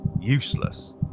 useless